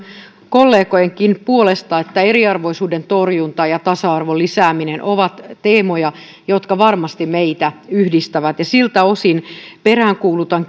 kollegojenkin puolesta että eriarvoisuuden torjunta ja tasa arvon lisääminen ovat teemoja jotka varmasti meitä yhdistävät siltä osin peräänkuulutan